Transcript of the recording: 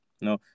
No